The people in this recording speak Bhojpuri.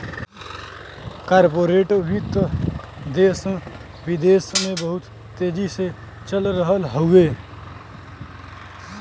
कॉर्पोरेट वित्त देस विदेस में बहुत तेजी से चल रहल हउवे